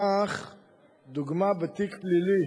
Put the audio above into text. כך, לדוגמה, בתיק פלילי